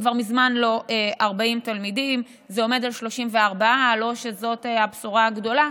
הוא כבר מזמן לא 40 תלמידים ועומד על 34. לא שזאת הבשורה הגדולה,